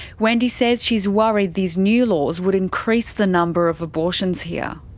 wendy says she is worried these new laws would increase the number of abortions here.